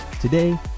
today